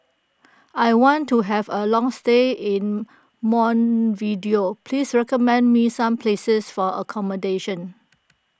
I want to have a long stay in Montevideo please recommend me some places for accommodation